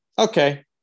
Okay